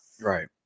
Right